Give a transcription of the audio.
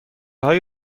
های